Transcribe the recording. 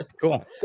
Cool